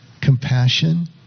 compassion